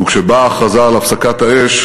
וכשבאה ההכרזה על הפסקת האש